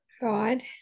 God